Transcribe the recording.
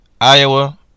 Iowa